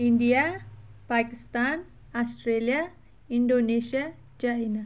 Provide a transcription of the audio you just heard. India Pakistan Australia Indonesia China